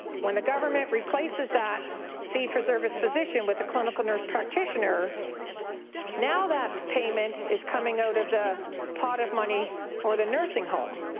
when the government replaces that fee for service physician with a clinic nurse practitioner now that payment is coming out of the pot of money for the nursing home